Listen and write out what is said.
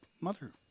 mother